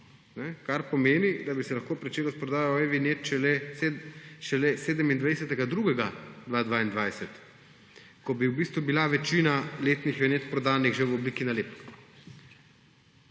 kar pomeni, da bi se lahko pričelo s prodajo e-vinjet šele 27. 2. 2022, ko bi v bistvu bila večina letnih vinjet prodanih že v obliki nalepk.